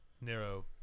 Nero